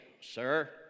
Sir